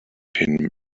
him